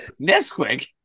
Nesquik